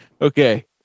Okay